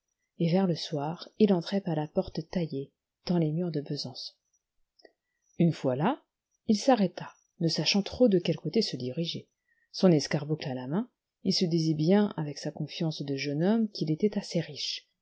et vers le soir il entrait par la porte taillée dans les murs de besançon une lois là il s'arrêta ne sachant trop de quel côté se diriger son escarboucle à la main il se disait bien avec sa confiance de jeune homme qu'il était assez riche